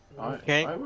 okay